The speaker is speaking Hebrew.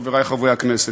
חברי חברי הכנסת,